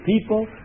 people